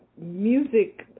music